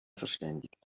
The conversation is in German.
verständigt